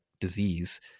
disease